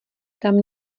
tam